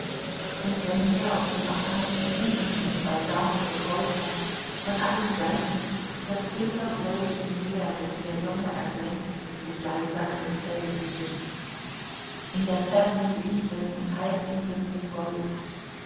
unter mir auf dem abhang blumen und balsamische kräuter von allen seiten das silberbläuliche meer das in der sonne erglänzt und sich leise an dem felsen bricht in der ferne die inseln und halbinseln des golfs